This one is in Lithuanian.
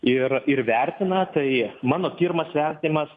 ir ir vertina tai mano pirmas vertinimas